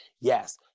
yes